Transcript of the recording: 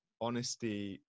honesty